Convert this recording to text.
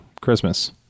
Christmas